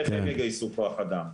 איך הן יגייסו כוח אדם.